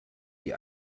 die